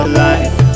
life